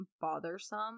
bothersome